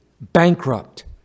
bankrupt